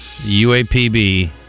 UAPB